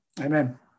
Amen